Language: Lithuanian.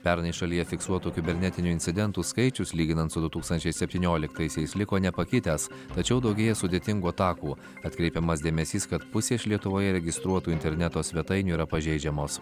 pernai šalyje fiksuotų kibernetinių incidentų skaičius lyginant su du tūkstančiai septynioliktaisiais liko nepakitęs tačiau daugėja sudėtingų atakų atkreipiamas dėmesys kad pusė iš lietuvoje registruotų interneto svetainių yra pažeidžiamos